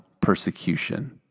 persecution